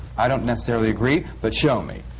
i don't necessarily agree but show me,